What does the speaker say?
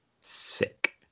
Sick